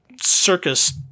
circus